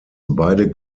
beide